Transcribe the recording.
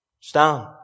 Stand